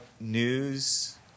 news